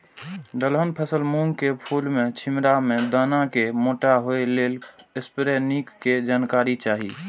दलहन फसल मूँग के फुल में छिमरा में दाना के मोटा होय लेल स्प्रै निक के जानकारी चाही?